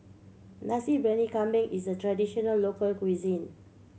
Nasi Briyani Kambing is a traditional local cuisine